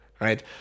right